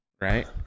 right